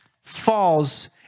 falls